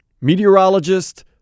meteorologist